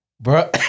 Bro